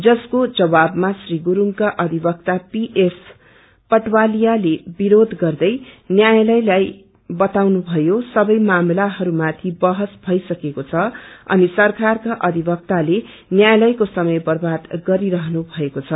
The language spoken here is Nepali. जसको जवाबमा श्री गुरुङका अधिवक्ता पीएस पटवालियाले विरोध गर्दै मामिलाहरूमाथि बहस भइसकेको छ अनि सरकारका अधिवक्ताले न्यायातयको समय बर्वाद गरिरहनु भएको छ